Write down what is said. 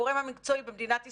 הגורם המקצועי במדינת ישראל,